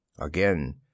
Again